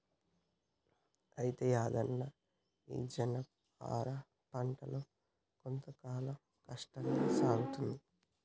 అయితే యాదన్న ఈ జనపనార పంటలో కొంత కాలం కష్టంగా సాగుతుంది